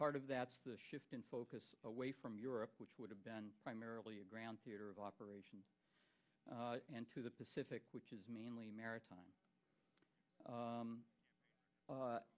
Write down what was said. part of that's the shift in focus away from europe which would have been primarily a ground theater of operations into the pacific which is mainly maritime